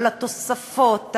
על התוספות,